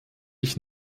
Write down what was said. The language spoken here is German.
ich